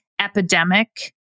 epidemic